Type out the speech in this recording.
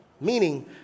meaning